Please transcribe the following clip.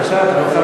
בבקשה.